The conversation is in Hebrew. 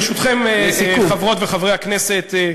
ברשותכם, חברות וחברי הכנסת,